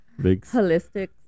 holistic